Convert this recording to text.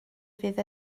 fydd